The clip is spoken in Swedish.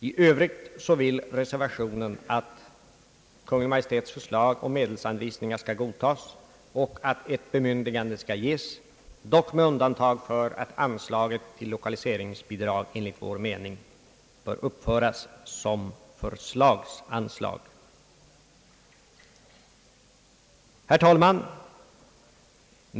I övrigt önskar reservanterna att Kungl. Maj:ts förslag om medelsanvisningar skall godtas och att ett bemyndigande skall ges, dock med undantag för att anslaget till lokaliseringsbidrag enligt vår mening bör uppföras som förslagsanslag. Herr talman!